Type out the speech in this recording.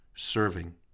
Serving